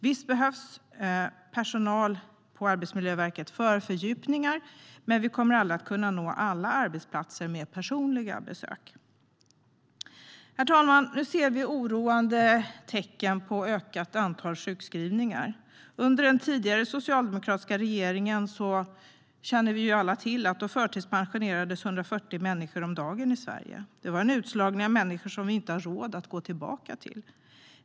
Visst behövs personal på Arbetsmiljöverket för fördjupning, men vi kommer aldrig att kunna nå alla arbetsplatser med personliga besök. Herr talman! Nu ser vi oroande tecken på ett ökande antal sjukskrivningar. Under den tidigare socialdemokratiska regeringen förtidspensionerades, som vi alla känner till, 140 människor om dagen i Sverige. Det var en utslagning av människor som vi inte har råd att gå tillbaka till.